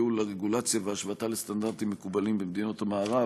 ייעול הרגולציה והשוואתה לסטנדרטים מקובלים במדינות המערב,